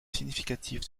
significatif